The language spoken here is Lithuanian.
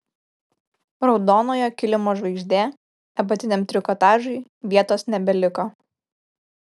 raudonojo kilimo žvaigždė apatiniam trikotažui vietos nebeliko